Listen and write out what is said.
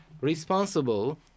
responsible